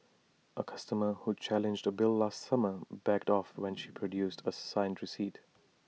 A customer who challenged A bill last summer backed off when she produced A signed receipt